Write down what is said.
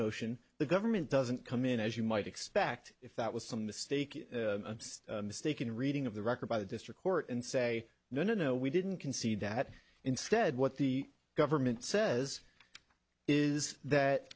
motion the government doesn't come in as you might expect if that was some mistake mistaken reading of the record by the district court and say no no we didn't concede that instead what the government says is that